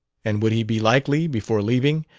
and would he be likely, before leaving,